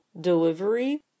delivery